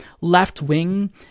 left-wing